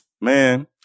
Man